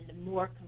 more